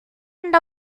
end